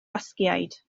basgiaid